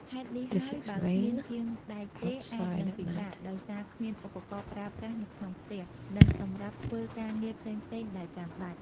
ហេតុនេះហើយ បើគ្មានជាងដែកទេ អាចនឹងពិបាកដោយសារគ្មានឧបករណ៍ប្រើប្រាស់នៅក្នុងផ្ទះ និងសម្រាប់ធ្វើការងារផ្សេងៗដែលចាំបាច់។